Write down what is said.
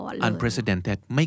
unprecedented